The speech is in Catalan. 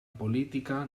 política